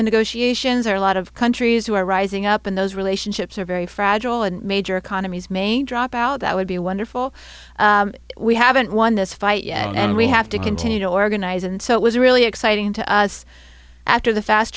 the negotiations are a lot of countries who are rising up in those relationships are very fragile and major economies may drop out that would be a wonderful we haven't won this fight yet and we have to continue to organize and so it was really exciting to us after the fast